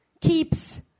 keeps